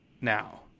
Now